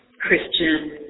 Christian